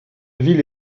ville